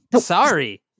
Sorry